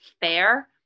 fair